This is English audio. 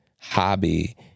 hobby